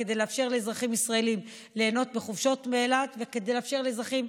כדי לאפשר לאזרחים ישראלים ליהנות בחופשות באילת וכדי לאפשר לאזרחים,